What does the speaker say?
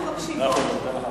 אנחנו מקשיבות.